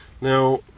now